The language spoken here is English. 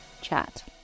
chat